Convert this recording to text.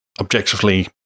objectively